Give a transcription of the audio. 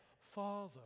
Father